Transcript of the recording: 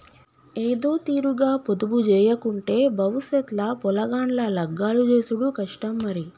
ఏదోతీరుగ పొదుపుజేయకుంటే బవుసెత్ ల పొలగాండ్ల లగ్గాలు జేసుడు కష్టం మరి